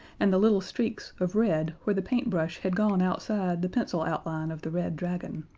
and the little streaks of red where the paintbrush had gone outside the pencil outline of the red dragon.